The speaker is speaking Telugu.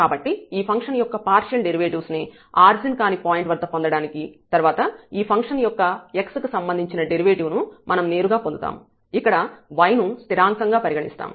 కాబట్టి ఈ ఫంక్షన్ యొక్క పార్షియల్ డెరివేటివ్స్ ను ఆరిజిన్ కాని పాయింట్ వద్ద పొందడానికి తర్వాత ఈ ఫంక్షన్ యొక్క x కి సంబంధించిన డెరివేటివ్ ను మనం నేరుగా పొందుతాము ఇక్కడ y ను స్థిరాంకం గా పరిగణిస్తాము